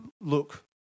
look